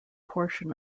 portion